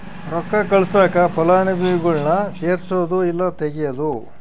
ರೊಕ್ಕ ಕಳ್ಸಾಕ ಫಲಾನುಭವಿಗುಳ್ನ ಸೇರ್ಸದು ಇಲ್ಲಾ ತೆಗೇದು